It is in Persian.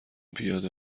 پیاده